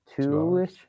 two-ish